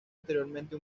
anteriormente